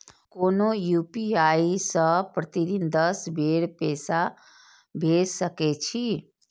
कोनो यू.पी.आई सं प्रतिदिन दस बेर पैसा भेज सकै छी